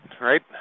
right